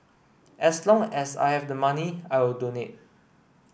as long as I have the money I will donate